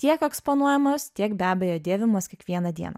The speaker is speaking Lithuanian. tiek eksponuojamos tiek be abejo dėvimos kiekvieną dieną